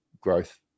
growth